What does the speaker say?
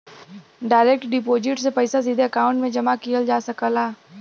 direct deposit से पइसा सीधे अकांउट में जमा किहल जा सकला